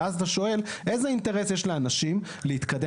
ואז אתה שואל: איזה אינטרס יש לאנשים להתקדם?